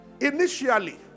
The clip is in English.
Initially